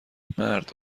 مرد